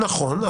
נכון.